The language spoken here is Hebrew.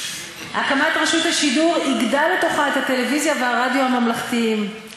הקמת רשות השידור איגדה לתוכה את הטלוויזיה והרדיו הממלכתיים.